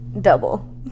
double